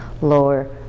lower